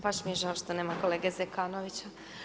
Baš mi je žao što nema kolege Zekanovića.